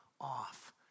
off